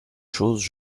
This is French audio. chose